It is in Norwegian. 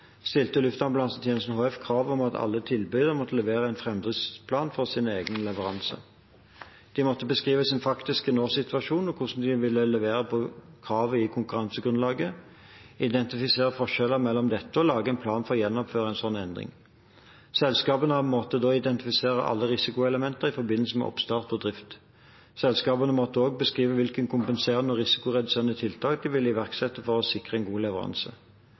stilte Luftambulansetjenesten HF krav om at alle tilbydere måtte levere en framdriftsplan for sin egen leveranse. De måtte beskrive sin faktiske nåsituasjon og hvordan de ville levere på kravet i konkurransegrunnlaget, identifisere forskjellene mellom dette og lage en plan for å gjennomføre en slik endring. Selskapene måtte da identifisere alle risikoelementer i forbindelse med oppstart og drift. Selskapene måtte også beskrive hvilke kompenserende og risikoreduserende tiltak de ville iverksette for å sikre en god leveranse.